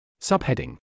Subheading